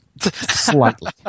Slightly